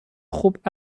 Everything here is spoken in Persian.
خوب